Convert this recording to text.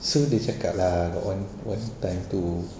so they cakap lah got one one time tu